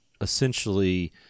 essentially